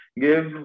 give